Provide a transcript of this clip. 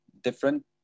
different